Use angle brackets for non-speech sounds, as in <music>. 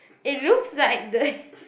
it looks like the <laughs>